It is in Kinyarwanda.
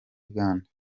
uganda